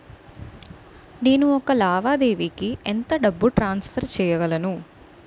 నేను ఒక లావాదేవీకి ఎంత డబ్బు ట్రాన్సఫర్ చేయగలను?